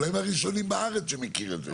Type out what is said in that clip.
אולי מהראשונים בארץ שמכיר את זה.